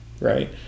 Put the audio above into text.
Right